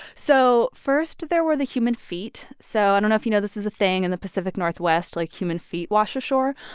so first, there were the human feet. so i don't know if you know this is a thing in the pacific northwest. like, human feet wash ashore.